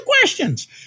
questions